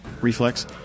Reflex